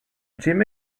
jim